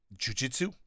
jujitsu